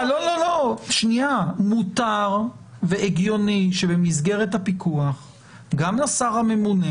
מותר והגיוני שבמסגרת הפיקוח גם לשר הממונה